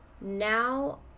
Now